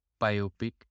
biopic